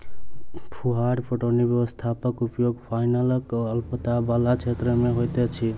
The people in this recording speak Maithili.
फुहार पटौनी व्यवस्थाक उपयोग पाइनक अल्पता बला क्षेत्र मे होइत अछि